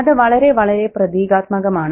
അത് വളരെ വളരെ പ്രതീകാത്മകമാണ്